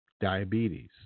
Diabetes